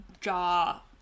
Jaw